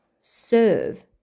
serve